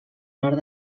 nord